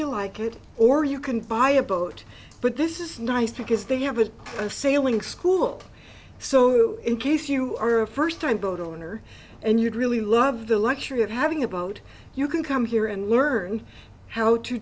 you like it or you can buy a boat but this is nice because they have a sailing school so in case you are a first time boat owner and you'd really love the luxury of having a boat you can come here and learn how to